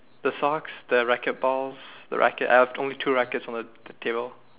the socks the racket balls the racket I have only two rackets on the table